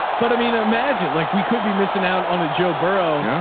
but i mean, imagine like we could be missing out on a joe burrow,